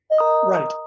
Right